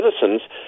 citizens